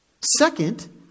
Second